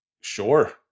Sure